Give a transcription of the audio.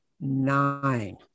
nine